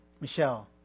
Michelle